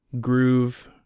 Groove